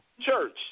Church